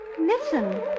Listen